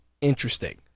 interesting